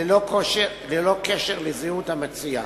ללא קשר לזהות המציע.